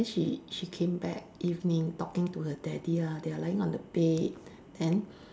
then she she came back evening talking to her daddy lah they are lying on the bed then